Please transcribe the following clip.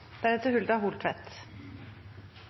Representanten Hulda Holtvedt